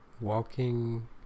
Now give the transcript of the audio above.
walking